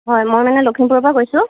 হয় মই মানে লখিমপুৰৰ পৰা কৈছোঁ